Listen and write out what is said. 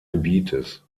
gebietes